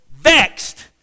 vexed